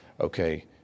okay